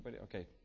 okay